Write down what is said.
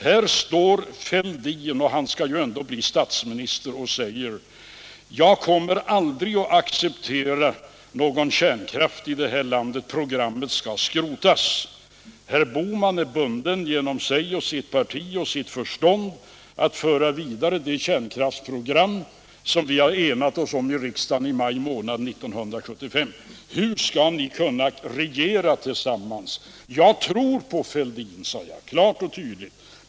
— Här står Fälldin — och han skall ju ändå bli statsminister — och säger: Jag kommer aldrig att acceptera någon kärnkraft i det här landet. Programmet skall skrotas. — Och herr Bohman är bunden genom sitt parti och sitt förstånd att föra vidare det kärnkraftsprogram som vi har enat oss om i riksdagen i maj månad 1975. Hur skall ni kunna regera tillsammans? Jag tror på Fälldin, sade jag klart och tydligt.